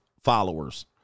followers